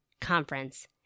Conference